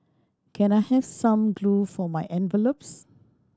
can I have some glue for my envelopes